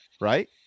right